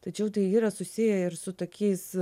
tačiau tai yra susiję ir su tokiais